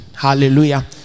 hallelujah